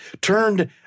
Turned